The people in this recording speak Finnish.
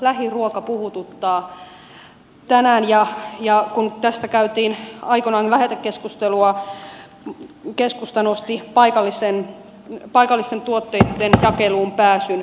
lähiruoka puhututtaa tänään ja kun tästä käytiin aikoinaan lähetekeskustelua keskusta nosti paikallisten tuotteitten jakeluun pääsyn